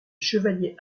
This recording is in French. chevaliers